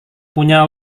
punya